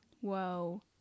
Whoa